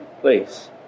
place